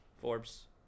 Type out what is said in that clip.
Forbes